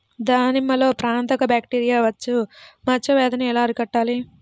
దానిమ్మలో ప్రాణాంతక బ్యాక్టీరియా మచ్చ వ్యాధినీ ఎలా అరికట్టాలి?